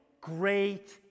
great